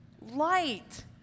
light